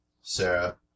Sarah